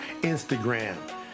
Instagram